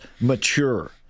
mature